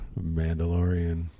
Mandalorian